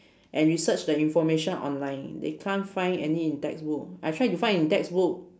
and research the information online they can't find any in textbook I've tried to find in textbook